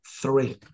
three